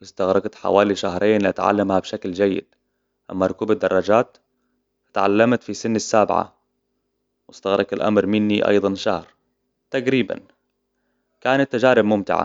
واستغرقت حوالي شهرين لأتعلمها بشكل جيد. أما ركوب الدراجات تعلمت في سن السابعة، واستغرقت الأمر مني أيضاً شهر. تقريباً، كانت تجارب ممتعة.